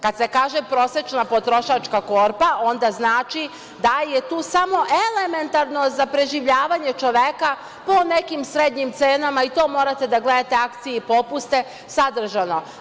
Kada se kaže prosečna potrošačka korpa, onda znači da je tu samo elementarno za preživljavanje čoveka po nekim srednjim cenama, i to morate da gledate akcije i popuste, sadržano.